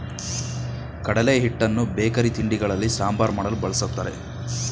ಕಡಲೆ ಹಿಟ್ಟನ್ನು ಬೇಕರಿ ತಿಂಡಿಗಳಲ್ಲಿ, ಸಾಂಬಾರ್ ಮಾಡಲು, ಬಳ್ಸತ್ತರೆ